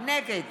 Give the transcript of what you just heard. נגד